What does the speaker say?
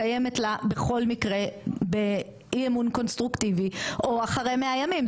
אחרת קיימת בכל מקרה באי אמון קונסטרוקטיבי או אחרי 100 ימים,